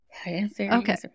Okay